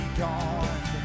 gone